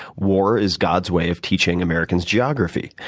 war is god's way of teaching americans geography.